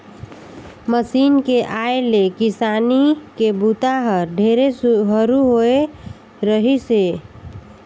machine के आए ले किसानी के बूता हर ढेरे हरू होवे रहीस हे